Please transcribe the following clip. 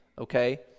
Okay